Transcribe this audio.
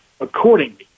accordingly